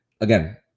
again